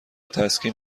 تسکین